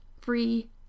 free